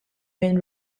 bejn